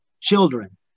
children